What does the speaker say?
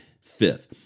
fifth